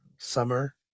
summer